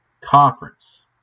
conference